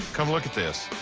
come look at this.